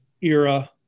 era